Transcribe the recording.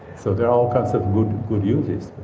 so there are all kinds of good uses